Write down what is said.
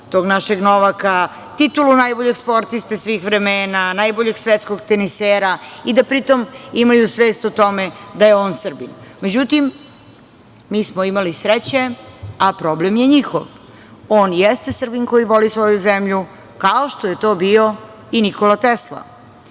tog našeg Novaka, titulu najboljeg sportiste svih vremena, najboljeg svetskog tenisera i da pri tome imaju svest o tome da je on Srbin. Međutim, mi smo imali sreće, a problem je njihov. On jeste Srbin koji voli svoju zemlju, kao što je to bio i Nikola Tesla. Ne